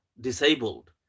disabled